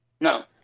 No